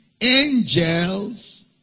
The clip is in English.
angels